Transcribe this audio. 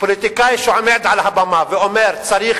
פוליטיקאי שעומד על הבמה ואומר: צריך